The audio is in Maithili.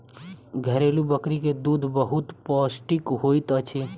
घरेलु बकरी के दूध बहुत पौष्टिक होइत अछि